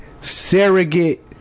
surrogate